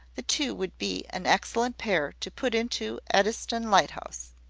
the two would be an excellent pair to put into eddystone lighthouse.